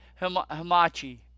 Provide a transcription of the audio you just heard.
hamachi